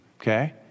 okay